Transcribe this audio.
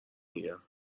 میگم